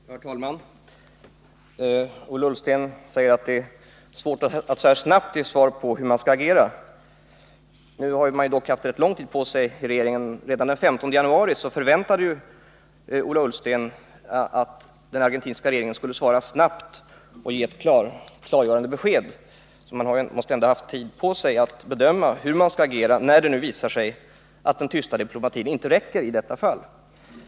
Herr talman! Ola Ullsten säger att det är svårt att så här snabbt ge svar på hur man skall agera. Regeringen har dock haft rätt lång tid på sig. Redan den 15 januari förväntade Ola Ullsten att den argentinska regeringen skulle svara snabbt och ge ett klargörande besked, så man måste ha haft tid på sig att bedöma hur man skall agera när det nu visar sig att den tysta diplomatin inte räcker i detta fall.